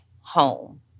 home